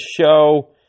show